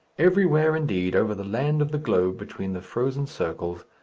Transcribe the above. everywhere, indeed, over the land of the globe between the frozen circles,